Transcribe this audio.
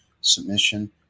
submission